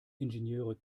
ingenieure